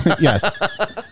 yes